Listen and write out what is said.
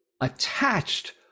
Attached